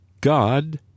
God